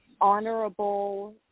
honorable